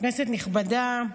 כנסת נכבדה,